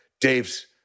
Dave's